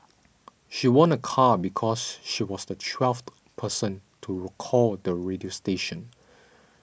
she won a car because she was the twelfth person to recall the radio station